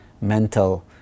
mental